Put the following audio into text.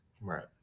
Right